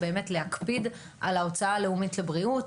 באמת להקפיד על ההוצאה הלאומית לבריאות,